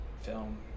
film